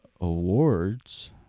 awards